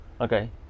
Okay